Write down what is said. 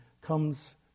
comes